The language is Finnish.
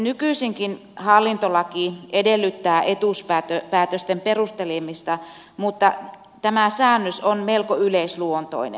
nykyisinkin hallintolaki edellyttää etuuspäätösten perustelemista mutta tämä säännös on melko yleisluontoinen